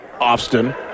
Austin